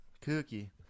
Cookie